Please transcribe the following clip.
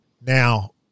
Now